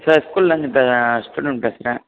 sir ஸ்கூல்லேருந்து student பேசுகிறேன்